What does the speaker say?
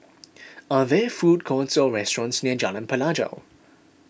are there food courts or restaurants near Jalan Pelajau